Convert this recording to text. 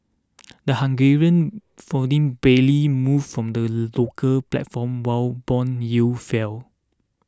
the Hungarian forint barely moved from on the local platform while bond yields fell